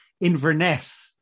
Inverness